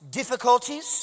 difficulties